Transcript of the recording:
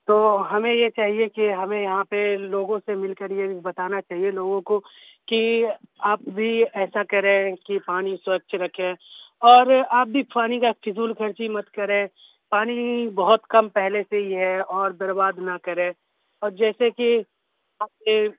تو ہمیں یہ چاہیے کہ ہمیں یہاں پہ لوگوں سے مل کر یہ بتانا چاہیے لوگوں کو کہ آپ بھی ایسا کریں کہ پانی سوچھ رکھیں اور آپ بھی پھانی کا فضول خرچی مت کریں پانی بہت کم پہلے سے ہی ہے اور برباد نہ کریں اور جیسے کہ آپ کے